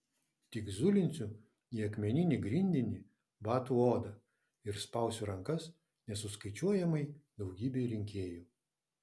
tik zulinsiu į akmeninį grindinį batų odą ir spausiu rankas nesuskaičiuojamai daugybei rinkėjų